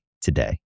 today